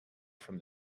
from